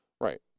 Right